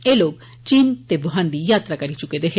एह् लोक चीन बुहान दी यात्रा करी चुके दे न